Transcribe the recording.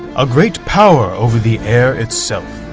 a great power over the air itself.